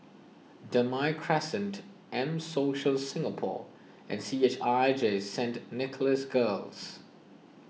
Damai Crescent M Social Singapore and C H I J Saint Nicholas Girls